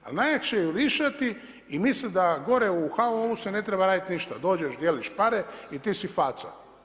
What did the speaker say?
Ali najlakše je jurišati i mislit da gore u HOO-u se ne treba raditi ništa, dođeš dijeliš pare i ti si faca.